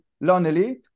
lonely